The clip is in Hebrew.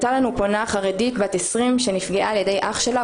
הייתה לנו פונה חרדית בת 21 שנפגעה על ידי אח שלה.